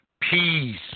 peace